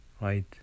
right